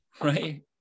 right